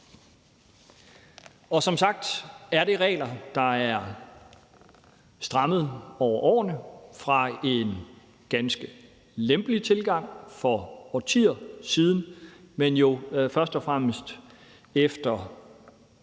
Som sagt er det regler, der er strammet over årene, fra en ganske lempelig tilgang for årtier siden. Først og fremmest er